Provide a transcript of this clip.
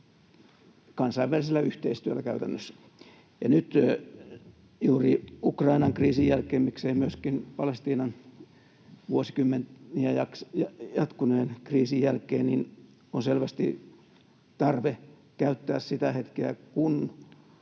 kansainvälisellä yhteistyöllä. Ja nyt juuri Ukrainan kriisin jälkeen, miksei myöskin Palestiinan vuosikymmeniä jatkuneen kriisin jälkeen, on selvästi tarve käyttää sitä hetkeä, kun